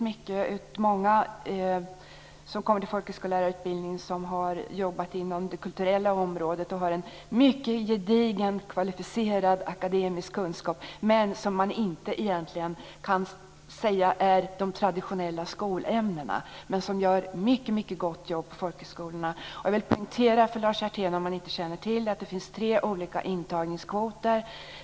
Många som kommer till folkhögskolelärarutbildningen har jobbat inom det kulturella området, har en mycket gedigen kvalificerad akademisk kunskap - som man egentligen inte kan säga är de traditionella skolämnena - och som gör ett mycket gott jobb på folkhögskolorna. Jag vill poängtera för Lars Hjertén, om han inte känner till det, att det finns tre olika intagningskvoter.